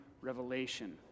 revelation